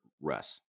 Russ